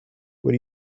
what